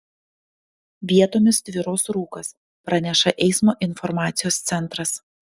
vietomis tvyros rūkas praneša eismo informacijos centras